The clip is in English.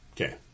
Okay